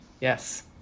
Yes